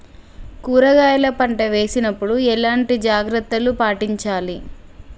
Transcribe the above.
కూరగాయల పంట వేసినప్పుడు ఎలాంటి జాగ్రత్తలు పాటించాలి?